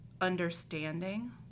understanding